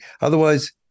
otherwise